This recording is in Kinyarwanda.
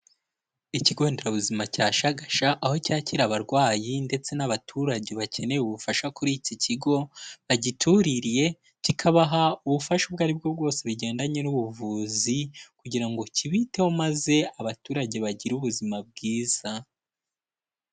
Ikigo nderabuzima cya Shagasha, aho cyakira abarwayi ndetse n'abaturage bakeneye ubufasha kuri iki kigo bagituriye, kikabaha ubufasha ubwo ari bwo bwose bigendanye n'ubuvuzi kugira ngo kibiteho maze abaturage bagire ubuzima bwiza.